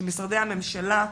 שמשרדי הממשלה,